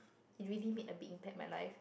it really made a big impact in my life